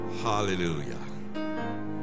Hallelujah